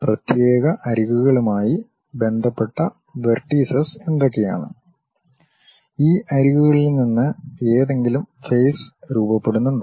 പ്രത്യേക അരികുകളുമായി ബന്ധപ്പെട്ട വെർടീസസ് എന്തൊക്കെയാണ് ഈ അരികുകളിൽ നിന്ന് ഏതെങ്കിലും ഫേസ് രൂപപ്പെടുന്നുണ്ടോ